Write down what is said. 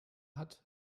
hat